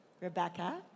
Rebecca